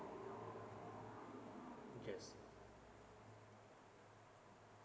yes